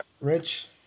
Rich